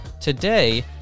today